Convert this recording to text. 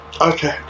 okay